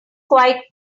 quite